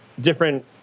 different